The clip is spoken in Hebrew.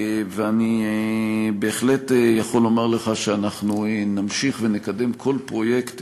ואני בהחלט יכול לומר לך שאנחנו נמשיך ונקדם כל פרויקט